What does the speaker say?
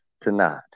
tonight